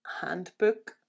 handbook